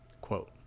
Quote